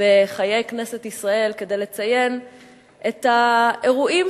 בחיי כנסת ישראל כדי לציין את האירועים